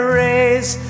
raise